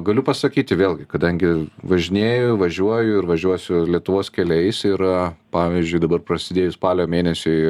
galiu pasakyti vėlgi kadangi važinėju važiuoju ir važiuosiu lietuvos keliais ir pavyzdžiui dabar prasidėjus spalio mėnesiui